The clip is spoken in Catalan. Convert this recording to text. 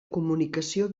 comunicació